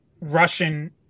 Russian